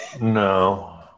no